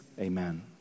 Amen